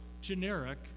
generic